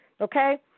okay